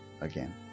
again